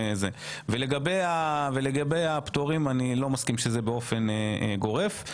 לגבי הפטורים, אני לא מסכים שזה באופן גורף.